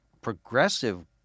progressive